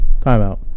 timeout